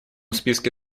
списке